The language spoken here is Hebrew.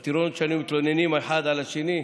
בטירונות, כאשר היינו מתלוננים אחד על השני?